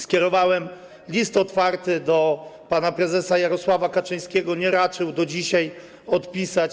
Skierowałem list otwarty do pana prezesa Jarosława Kaczyńskiego, ale nie raczył do dzisiaj odpisać.